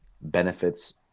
benefits